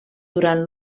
durant